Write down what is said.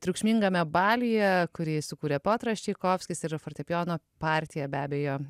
triukšmingame baliuje kurį sukurė piotras čaikovskis ir fortepijono partiją be abejo